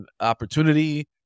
opportunity